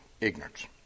ignorance